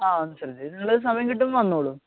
അ ശ്രദ്ധിച്ച് നിങ്ങൾ സമയം കിട്ടുമ്പോൾ വന്നുകൊള്ളൂ